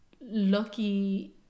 lucky